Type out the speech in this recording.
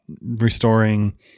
restoring